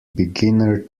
beginner